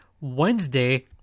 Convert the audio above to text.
Wednesday